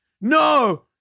no